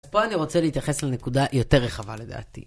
פה אני רוצה להתייחס לנקודה יותר רחבה לדעתי.